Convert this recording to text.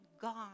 God